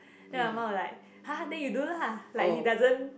then my mum will like !huh! then you do lah like he doesn't